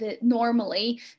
normally